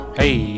hey